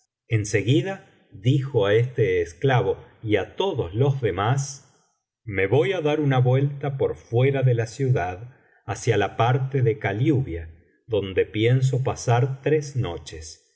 en seguida dijo á este esclavo y á todos los demás me voy á dar una vuelta por fuera de la ciudad hacia la parte de kaliubia donde pienso pasar tres noches